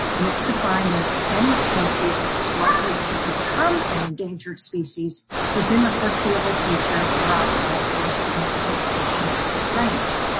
and it's defined as any species, which is likely to become an endangered species within the foreseeable future throughout all or a significant portion of its range.